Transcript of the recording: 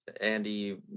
Andy